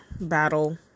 battle